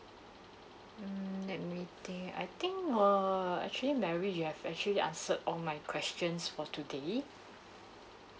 mm let me think I think err actually mary you have actually answered all my questions for today